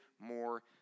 more